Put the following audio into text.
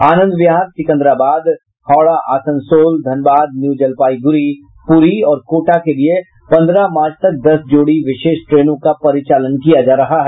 आनंद Vihar Secunderabad Howrah Asansol Dhanbad new Jalpaiguri Puri और कोटा के लिए पन्द्रह मार्च तक दस जोड़ी विशेष ट्रेनों का परिचालन किया जा रहा है